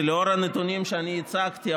שלאור הנתונים שאני הצגתי,